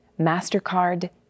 MasterCard